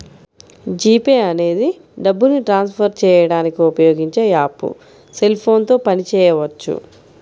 G pay అనేది డబ్బుని transfer చేయడానికి ఉపయోగించే యాప్పు సెల్ ఫోన్ తో చేయవచ్చు